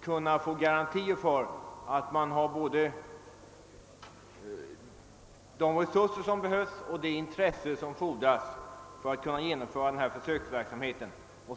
kunna få garantier för att det finns både de resurser som behövs och det intresse som fordras för att försöksverksamheten skall kunna genomföras.